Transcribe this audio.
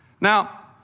Now